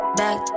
back